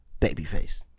Babyface